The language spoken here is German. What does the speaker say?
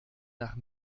nach